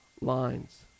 lines